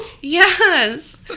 Yes